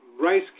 rice